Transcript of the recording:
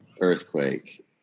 earthquake